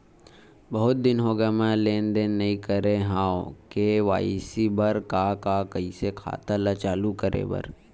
बहुत दिन हो गए मैं लेनदेन नई करे हाव के.वाई.सी बर का का कइसे खाता ला चालू करेबर?